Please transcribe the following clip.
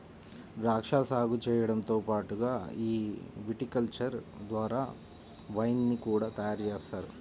ద్రాక్షా సాగు చేయడంతో పాటుగా ఈ విటికల్చర్ ద్వారా వైన్ ని కూడా తయారుజేస్తారు